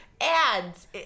ads